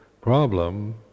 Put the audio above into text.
problem